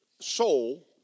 soul